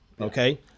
okay